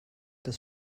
des